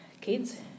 kids